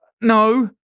No